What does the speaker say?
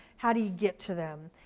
how do you get to them.